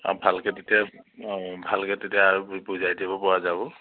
ভালকৈ তেতিয়া ভালকৈ তেতিয়া আৰু বুজাই দিব পৰা যাব